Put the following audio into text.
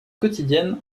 quotidienne